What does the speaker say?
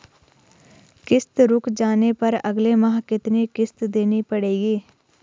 किश्त रुक जाने पर अगले माह कितनी किश्त देनी पड़ेगी?